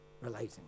relating